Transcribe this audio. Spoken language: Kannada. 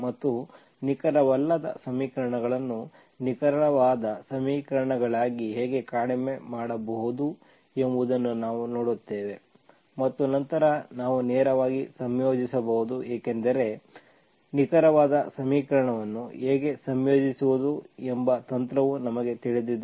ಮತ್ತು ನಿಖರವಲ್ಲದ ಸಮೀಕರಣಗಳನ್ನು ನಿಖರವಾದ ಸಮೀಕರಣಗಳಾಗಿ ಹೇಗೆ ಕಡಿಮೆ ಮಾಡುವುದು ಎಂಬುದನ್ನು ನಾವು ನೋಡುತ್ತೇವೆ ಮತ್ತು ನಂತರ ನಾವು ನೇರವಾಗಿ ಸಂಯೋಜಿಸಬಹುದು ಏಕೆಂದರೆ ನಿಖರವಾದ ಸಮೀಕರಣವನ್ನು ಹೇಗೆ ಸಂಯೋಜಿಸುವುದು ಎಂಬ ತಂತ್ರವು ನಮಗೆ ತಿಳಿದಿದೆ